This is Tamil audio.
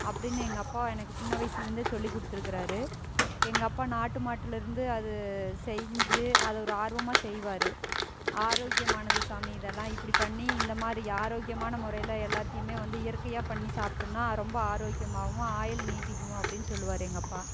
அப்படின்னு எங்கள் அப்பா எனக்கு சின்ன வயசுலேருந்தே சொல்லி கொடுத்துருக்குறாரு எங்கள் அப்பா நாட்டு மாட்டுலிருந்து அது செஞ்சு அதை ஒரு ஆர்வமாக செய்வார் ஆரோக்கியமானது சாமி இதெல்லாம் இப்படி பண்ணி இந்தமாதிரி ஆரோக்கியமான முறையில் எல்லாத்தையுமே வந்து இயற்கையாக பண்ணி சாப்பிட்டோம்னா ரொம்ப ஆரோக்கியமாகவும் ஆயுள் நீடிக்கும் அப்படின்னு சொல்லுவார் எங்கள் அப்பா